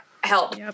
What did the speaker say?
help